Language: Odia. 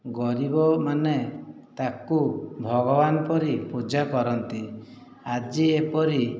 ଗରିବମାନେ ତାଙ୍କୁ ଭଗବାନ ପରି ପୂଜା କରନ୍ତି ଆଜି ଏପରି